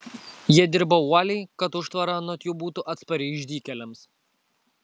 jie dirbo uoliai kad užtvara anot jų būtų atspari išdykėliams